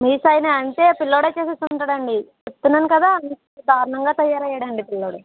మీ sign ఏ అంటే పిల్లవాడే చేసేసి ఉంటాడు అండి చెప్తున్నాను కదా దారుణంగా తయారయ్యాడు అండి పిల్లవాడు